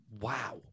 wow